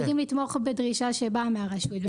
אנחנו יודעים לתמוך בדרישה שבאה מהרשות.